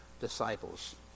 disciples